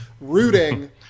rooting